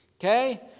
Okay